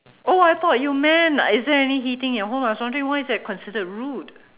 oh I thought you meant is there any heating in your home I was wondering why is that considered rude